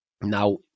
Now